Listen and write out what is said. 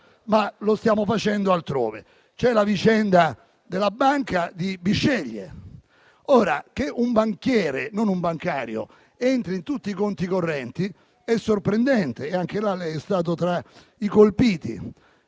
ma lo stiamo facendo già altrove. C'è la vicenda della banca di Bisceglie. Che un banchiere, non un bancario, entri in tutti i conti correnti è sorprendente, ed anche lì, signor Presidente,